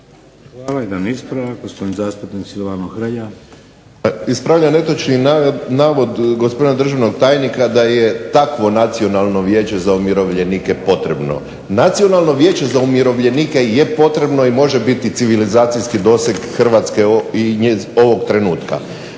Hvala. Jedan ispravak, gospodin zastupnik Silvano Hrelja. **Hrelja, Silvano (HSU)** Pa ispravljam netočni navod gospodina državnog tajnika da je takvo Nacionalno vijeće za umirovljenike potrebno. Nacionalno vijeće za umirovljenike je potrebno i može biti civilizacijski doseg Hrvatske ovog trenutka.